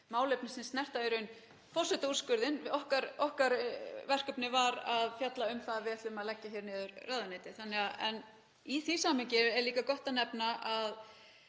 málefni sem snerta í raun forsetaúrskurðinn. Okkar verkefni var að fjalla um það að við ætlum að leggja hér niður ráðuneyti. En í því samhengi er líka gott að nefna að